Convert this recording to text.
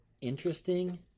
Interesting